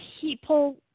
people